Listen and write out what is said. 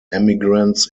emigrants